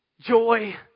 joy